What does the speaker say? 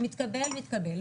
מתקבל מתקבל,